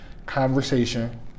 conversation